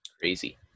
crazy